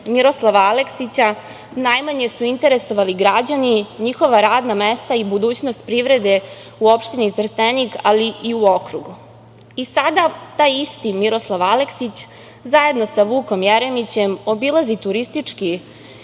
Miroslava Aleksića, najmanje su interesovali građani, njihova radna mesta i budućnost privrede u opštini Trstenik, ali i u okrugu. I sada taj isti Miroslav Aleksić zajedno sa Vukom Jeremićem obilazi turistički